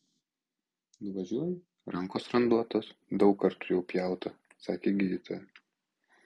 nuvažiuoji rankos randuotos daug kartų jau pjauta sakė gydytoja